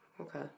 Okay